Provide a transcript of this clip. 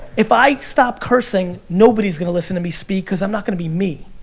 if i stop cursing, nobody's gonna listen to me speak cause i'm not gonna be me.